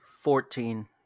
fourteen